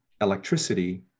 electricity